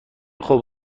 خوب